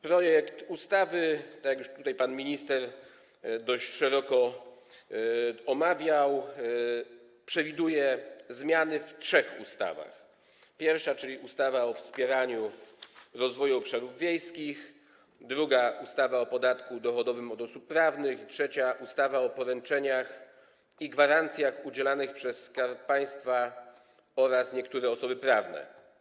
Projekt ustawy, tak jak to już tutaj pan minister dość szeroko omawiał, przewiduje zmiany w trzech ustawach: pierwszej - ustawie o wspieraniu rozwoju obszarów wiejskich, drugiej - ustawie o podatku dochodowym od osób prawnych, i trzeciej - ustawie o poręczeniach i gwarancjach udzielanych przez Skarb Państwa oraz niektóre osoby prawne.